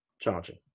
charging